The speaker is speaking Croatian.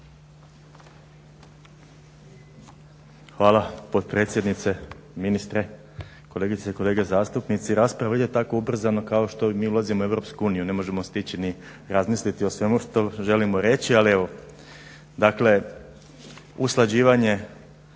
Hvala potpredsjednice, ministre, kolegice i kolege zastupnici. Rasprava ide tako ubrzano kao što i mi ulazimo u EU. Ne možemo stići ni razmisliti o svemu što želimo reći ali evo. Dakle usklađivanje